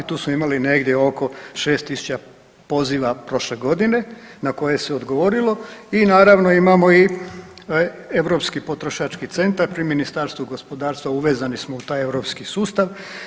Tu su imali negdje oko 6 tisuća poziva prošle godine na koje se odgovorilo i naravno, imamo i Europski potrošački centar pri Ministarstvu gospodarstva, uvezani smo u taj europski sustav.